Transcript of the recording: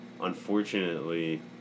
unfortunately